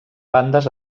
bandes